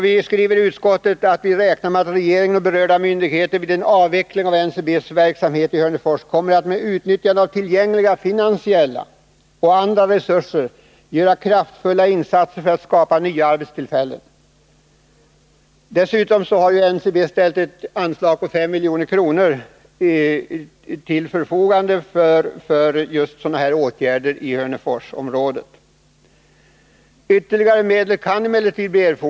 Vi skriver i utskottsbetänkandet att vi ”räknar med att regeringen och berörda myndigheter vid en avveckling av Ncb:s verksamhet i Hörnefors kommer att med utnyttjande av tillgängliga finansiella och andra resurser göra kraftfulla insatser för att skapa nya arbetstillfällen”. Dessutom har NCB ställt ett anslag på 5 milj.kr. till förfogande för just sådana här åtgärder i Hörneforsområdet. Ytterligare medel kan emellertid erfordras.